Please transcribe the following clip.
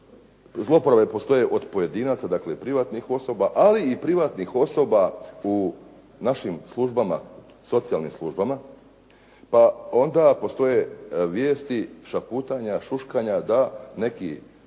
zlouporabe postoje od pojedinaca dakle privatnih osoba, ali i privatnih osoba u našim službama, socijalnim službama pa onda postoje vijesti, šaputanja, šuškanja da neki